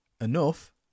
enough